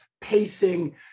pacing